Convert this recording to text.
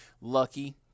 lucky